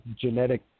genetic